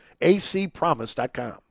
ACpromise.com